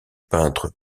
peintre